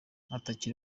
atakiri